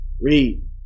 Read